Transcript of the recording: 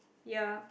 yeah